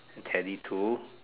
Teddy two